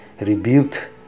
rebuked